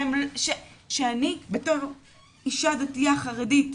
שאני-בתור אישה דתייה חרדית,